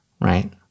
right